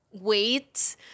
wait